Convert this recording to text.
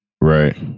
Right